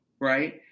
right